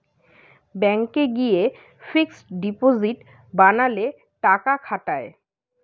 ব্যাংকে গিয়ে fixed deposit বানালে টাকা খাটায়